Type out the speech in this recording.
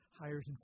hires